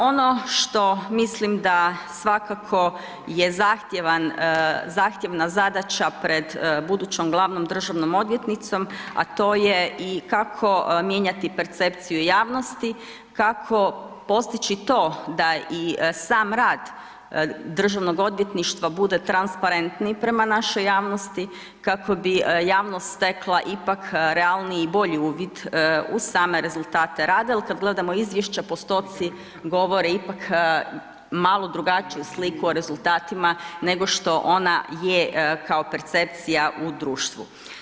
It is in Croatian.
Ono što mislim da je svakako zahtjevna zadaća pred budućom glavnom državnom odvjetnicom, a to je i kako mijenjati percepciju javnosti, kako postići to da i sam rad DORH-a bude transparentniji prema našoj javnosti, kako bi javnost stekla ipak realniji i bolji uvid u same rezultate rada jel kada gledamo izvješća postoci govore ipak malo drugačiju sliku o rezultatima nego što ona je kao percepcija u društvu.